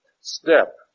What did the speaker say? step